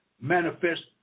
manifest